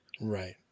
Right